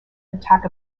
attack